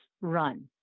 run